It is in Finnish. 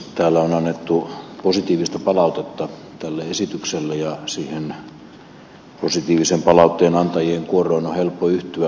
täällä on annettu positiivista palautetta tälle esitykselle ja siihen positiivisen palautteen antajien kuoroon on helppo yhtyä